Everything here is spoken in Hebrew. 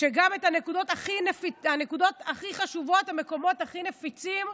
גם את הנקודות הכי חשובות, במקומות הכי נפיצים,